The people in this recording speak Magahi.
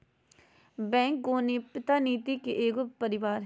बैंक गोपनीयता नीति के एगो परिवार हइ